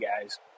guys